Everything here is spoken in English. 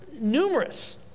numerous